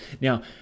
now